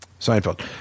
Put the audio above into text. Seinfeld